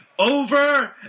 Over